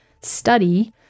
study